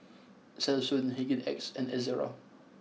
Selsun Hygin X and Ezerra